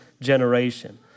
generation